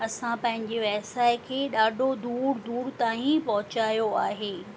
असां पंहिंजे व्यव्साय खे ॾाढो दूरि दूरि ताईं पहुचायो आहे